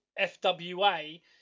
FWA